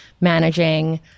managing